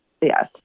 yes